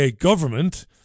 government